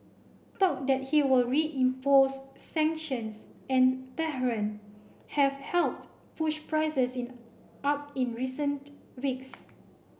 talk that he will reimpose sanctions on Tehran have helped push prices in up in recent weeks